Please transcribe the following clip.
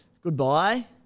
goodbye